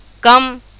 Come